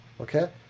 Okay